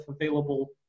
available